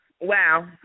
Wow